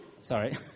Sorry